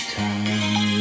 time